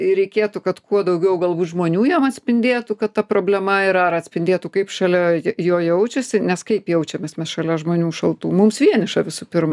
ir reikėtų kad kuo daugiau galbūt žmonių jiem atspindėtų kad ta problema yra ar atspindėtų kaip šalia jo jaučiasi nes kaip jaučiamės mes šalia žmonių šaltų mums vieniša visų pirmą